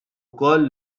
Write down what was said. wkoll